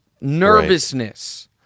nervousness